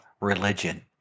religion